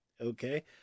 okay